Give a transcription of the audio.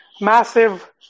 massive